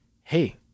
hey